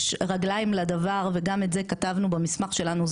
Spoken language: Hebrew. יש רגליים לדבר וגם את זה כתבנו במסמך שלנו,